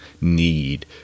need